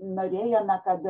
norėjome kad